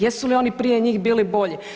Jesu li oni prije njih bili bolji?